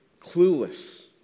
clueless